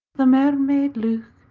the mermaid leuch,